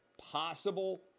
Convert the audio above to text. possible